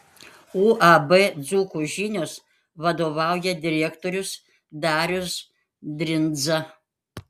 uab dzūkų žinios vadovauja direktorius darius brindza